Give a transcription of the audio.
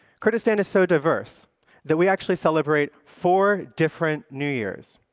kurdistan is so diverse that we actually celebrate four different new years.